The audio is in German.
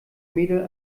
mädel